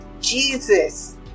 jesus